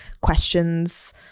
questions